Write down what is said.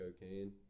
cocaine